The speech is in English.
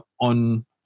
on